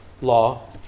law